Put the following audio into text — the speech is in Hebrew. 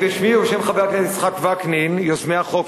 בשמי ובשם חבר הכנסת יצחק וקנין, יוזמי החוק,